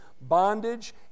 bondage